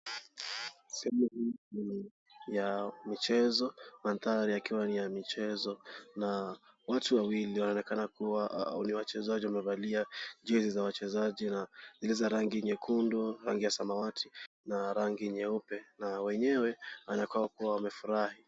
Sehemu hii ni ya michezo, mandhari yakiwa ni ya michezo. Na watu wawili wanaonekana kuwa ni wachezaji. Wamevalia jezi za wachezaji na zilizo rangi nyekundu, rangi ya samawati na nyeupe na wenyewe, wanakaa kuwa wamefurahi.